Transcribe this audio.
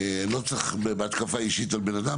לא צריך לעשות את זה בהתקפה אישית על בן אדם,